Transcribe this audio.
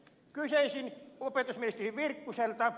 kysyisin opetusministeri virkkuselta